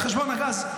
על חשבון הגז.